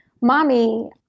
Mommy